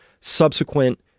subsequent